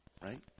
right